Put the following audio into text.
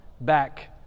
back